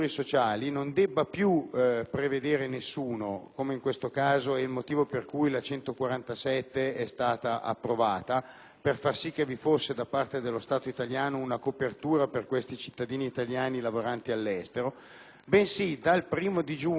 per far sì che vi fosse da parte dello Stato italiano una copertura per questi cittadini italiani lavoranti all'estero) ma dal 1° giugno 2009 alla cassa integrazione e agli altri ammortizzatori sociali per i frontalieri dovrà provvedere,